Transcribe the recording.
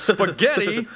Spaghetti